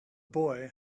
boy